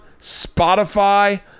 Spotify